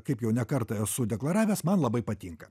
kaip jau ne kartą esu deklaravęs man labai patinka